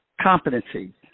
competency